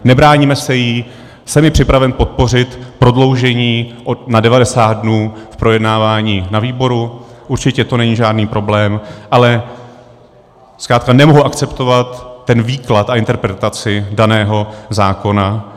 Nebráníme se jí, jsem i připraven podpořit prodloužení na devadesát dnů v projednávání na výboru, určitě to není žádný problém, ale zkrátka nemohu akceptovat ten výklad a interpretaci daného zákona.